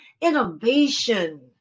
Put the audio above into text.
innovation